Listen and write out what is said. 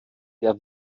der